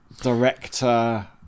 director